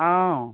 অঁ